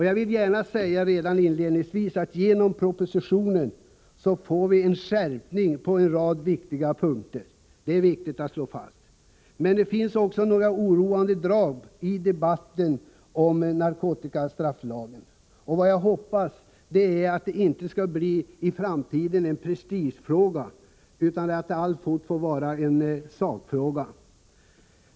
Jag vill gärna säga inledningsvis att vi genom propositionen får en skärpning på en rad viktiga punkter. Det är viktigt att slå fast detta. Men det finns också några oroande drag i debatten om narkotikastrafflagen. Jag hoppas att det i framtiden inte skall bli en prestigefråga, utan att det alltfort får vara en sakfråga.